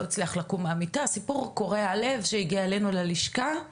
הצליח לקום מהמיטה סיפור קורע לב שהגיע אלינו ללשכה.